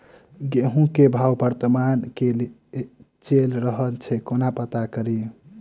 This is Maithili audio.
गेंहूँ केँ भाव वर्तमान मे की चैल रहल छै कोना पत्ता कड़ी?